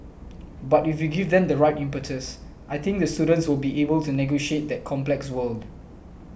but if we give them the right impetus I think the students will be able to negotiate that complex world